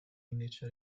indice